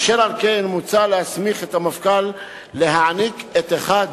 אשר על כן, מוצע להסמיך את המפכ"ל להעניק את אחד